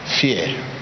fear